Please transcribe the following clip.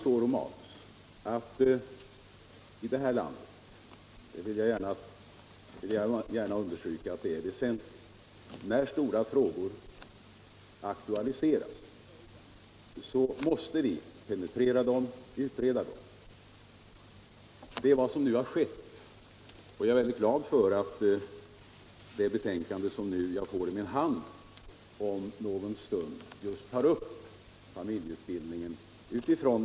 Här i landet är det alltid så att när stora frågor aktualiseras, måste vi penetrera dem och utreda dem. Det är vad som nu har skett. Jag är glad för att det betänkande, som jag får i min hand om någon stund, tar upp föräldrautbildningen.